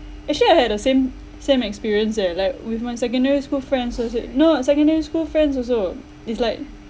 actually I had the same same experience eh like with my secondary school friend so I said no secondary school friends also it's like